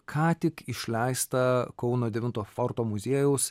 ką tik išleistą kauno devinto forto muziejaus